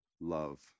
love